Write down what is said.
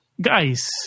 Guys